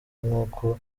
nkuko